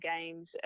games